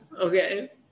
Okay